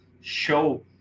show